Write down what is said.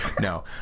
No